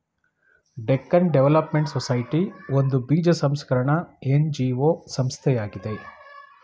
Deccan development society ಒಂದು ಬೀಜ ಸಂಸ್ಕರಣ ಎನ್.ಜಿ.ಒ ಸಂಸ್ಥೆಯಾಗಿದೆ